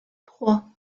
trois